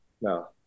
no